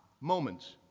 moments